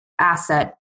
asset